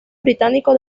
británico